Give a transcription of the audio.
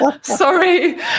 Sorry